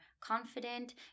confident